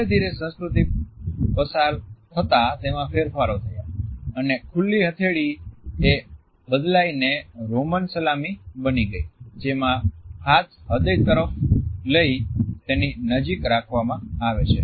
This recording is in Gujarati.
ધીરે ધીરે સંસ્કૃતિ પસાર થતા તેમાં ફેરફારો થયા અને ખુલી હથેળી એ બદલાઈ ને રોમન સલામી બની ગઈ જેમાં હાથ હૃદય તરફ લઈ તેની નજીક રાખવામાં આવે છે